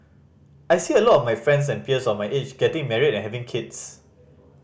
I see a lot of my friends and peers of my age getting married and having kids